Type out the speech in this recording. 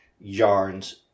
yarns